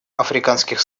африканских